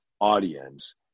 audience